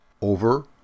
over